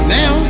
now